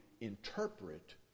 interpret